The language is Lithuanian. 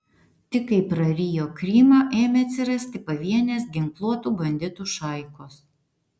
tik kai prarijo krymą ėmė atsirasti pavienės ginkluotų banditų šaikos